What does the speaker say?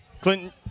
Clinton